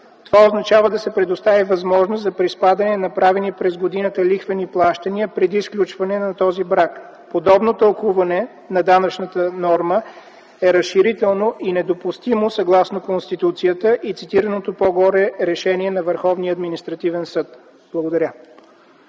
това означава да се предостави възможност за приспадане на направени през годината лихвени плащания преди сключване на този брак. Подобно тълкуване на данъчната норма е разширително и недопустимо съгласно Конституцията и цитираното по-горе решение на Върховния